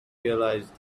realized